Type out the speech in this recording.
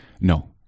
no